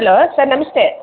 hello sir ನಮಸ್ತೆ